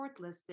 shortlisted